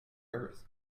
earth